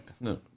No